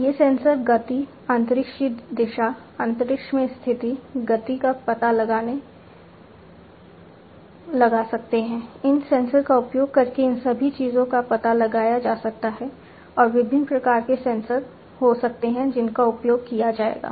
ये सेंसर गति अंतरिक्ष में दिशा अंतरिक्ष में स्थिति गति का पता लगा सकते हैं इन सेंसर का उपयोग करके इन सभी चीजों का पता लगाया जा सकता है और विभिन्न प्रकार के सेंसर हो सकते हैं जिनका उपयोग किया जाएगा